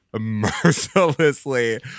mercilessly